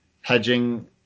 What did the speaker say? hedging